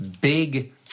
big